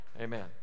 Amen